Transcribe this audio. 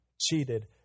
cheated